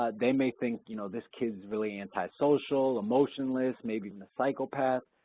ah they may think you know this kid's really antisocial, emotionless, maybe even a psychopath,